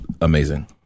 amazing